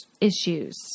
issues